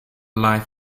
live